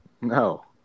No